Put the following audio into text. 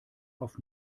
auf